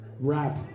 rap